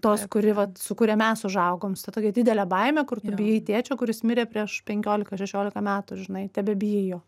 tos kuri vat su kuria mes užaugom su ta tokia didele baime kur tu bijai tėčio kuris mirė prieš penkiolika šešiolika metų žinai tebebijai jo